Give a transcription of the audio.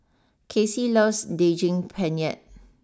Kassie loves Daging Penyet